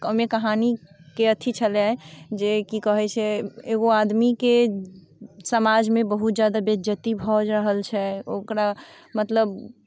ओहिमे कहानीके अथि छलै की कहैत छै एगो आदमीके समाजमे बहुत ज्यादा बेइज्जती भऽ रहल छै ओकरा मतलब